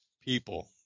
people